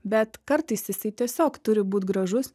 bet kartais jisai tiesiog turi būt gražus